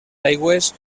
aigües